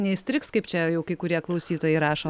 neįstrigs kaip čia jau kai kurie klausytojai rašo